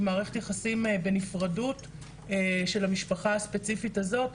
מערכת יחסים בנפרדות של המשפחה הספציפית הזו,